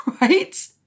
right